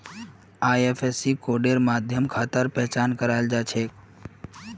IFSC कोडेर माध्यम खातार पहचान कराल जा छेक